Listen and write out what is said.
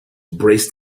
braced